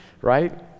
right